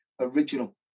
original